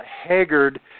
Haggard